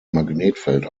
magnetfeld